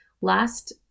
Last